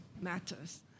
matters